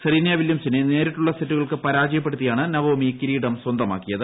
Serena വില്യംസിനെ നേരിട്ടുള്ള സെറ്റുകൾക്ക് പരാജയപ്പെടുത്തിയാണ് നവോമി കിരീടം സ്വന്ത മാക്കിയത്